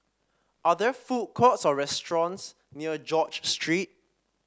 are there food courts or restaurants near George Street